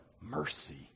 mercy